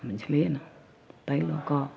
बुझलियै ने ताहि लऽ कऽ